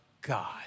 God